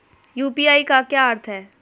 UPI का क्या अर्थ है?